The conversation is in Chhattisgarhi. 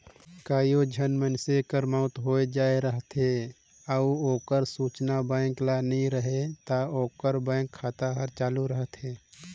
कइयो झन मइनसे कर मउत होए जाए रहथे अउ ओकर सूचना बेंक ल नी रहें ता ओकर बेंक खाता हर चालू रहथे